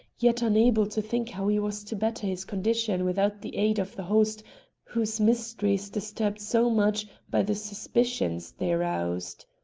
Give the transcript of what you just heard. yet unable to think how he was to better his condition without the aid of the host whose mysteries disturbed so much by the suspicions they aroused.